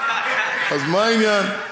אז מה העניין?